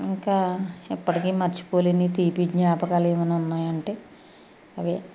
ఇంకా ఎప్పటికి మర్చిపోలేని తీపి జ్ఞాపకాలు ఏమైనా ఉన్నాయి అంటే అవి